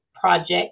project